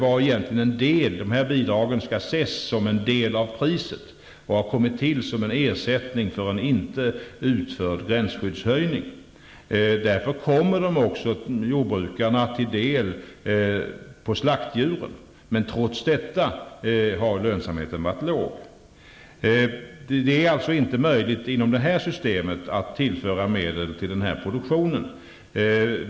Dessa bidrag skall ses som en del av priset och har kommit till som en ersättning för en inte utförd gränsskyddshöjning. Därför kommer de också jordbrukarna till del för slaktdjuren. Trots detta har lönsamheten varit låg. Det är alltså inte möjligt att inom detta system tillföra medel till denna produktion.